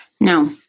No